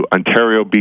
Ontario